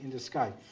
the sky.